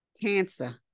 cancer